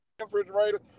refrigerator